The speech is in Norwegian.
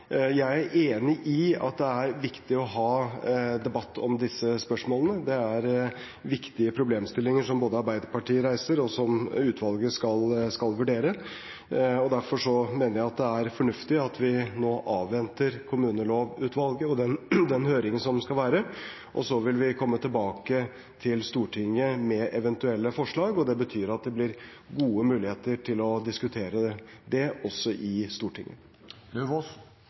Jeg er enig i at det er viktig å ha debatt om disse spørsmålene. Det er viktige problemstillinger som Arbeiderpartiet reiser, og som utvalget skal vurdere, og derfor mener jeg det er fornuftig at vi nå avventer kommunelovutvalget og den høringen som skal være. Så vil vi komme tilbake til Stortinget med eventuelle forslag, og det betyr at det blir gode muligheter til å diskutere det også i